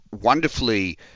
wonderfully